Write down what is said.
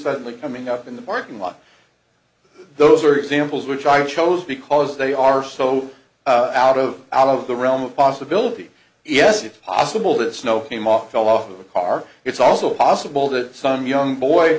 suddenly coming up in the parking lot those are examples which i chose because they are so out of out of the realm of possibility yes if possible that snow came off fell off of a car it's also possible that some young boy